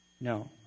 No